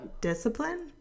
Discipline